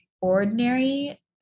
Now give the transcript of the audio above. ordinary